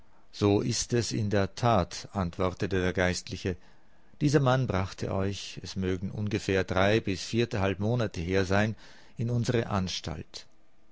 so ist es in der tat antwortete der geistliche dieser mann brachte euch es mögen ungefähr drei bis viertehalb monate her sein in unsere anstalt